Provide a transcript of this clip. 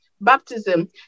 baptism